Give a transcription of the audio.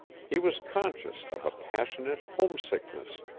he was conscious of a passionate homesickness,